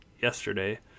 yesterday